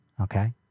okay